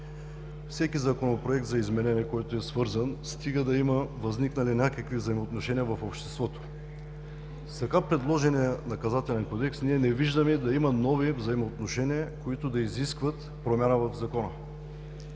всеки Законопроект за изменение, който е свързан, стига да има възникнали някакви взаимоотношения в обществото. С така предложения Наказателен кодекс ние не виждаме да има нови взаимоотношения, които да изискват промяна в Закона.